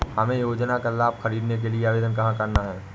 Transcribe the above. हमें योजना का लाभ ख़रीदने के लिए आवेदन कहाँ करना है?